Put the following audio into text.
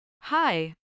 Hi